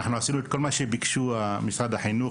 עשינו את כל מה שביקש משרד החינוך.